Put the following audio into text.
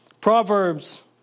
Proverbs